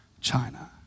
China